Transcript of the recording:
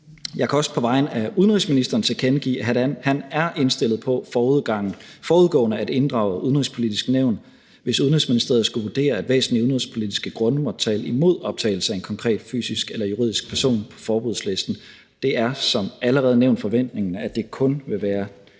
Jeg kan også på vegne af udenrigsministeren tilkendegive, at han er indstillet på forudgående at inddrage Det Udenrigspolitiske Nævn, hvis Udenrigsministeriet skulle vurdere, at væsentlige udenrigspolitiske grunde måtte tale imod optagelse af en konkret fysisk eller juridisk person på forbudslisten. Det er som allerede nævnt forventningen, at det kun vil være i ganske